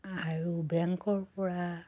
আৰু বেংকৰ পৰা